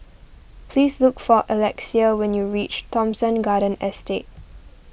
please look for Alexia when you reach Thomson Garden Estate